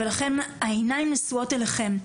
ולכן העיניים נשואות אליכם.